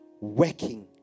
working